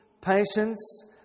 patience